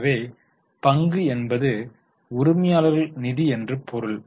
எனவே பங்கு என்பது உரிமையாளர்கள் நிதி என்று பொருள்